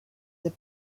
this